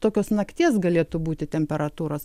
tokios nakties galėtų būti temperatūros